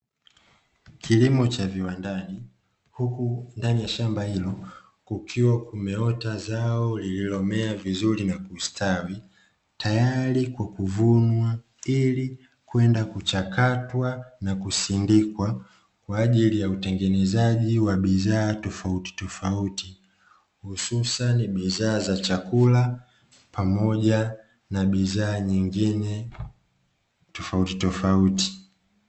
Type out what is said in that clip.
Kilimo cha viwandani huku ndani ya shamba hilo kukiwa kumeota zao lililomea vizuri na kustawi tayari kwa kuvunwa ili kwenda kuchakatwa na kusindikwa, kwa ajili ya utengenezaji wa bidhaa tofauti tofauti hususani bidhaa za chakula pamoja na bidhaa nyingine tofautitofauti.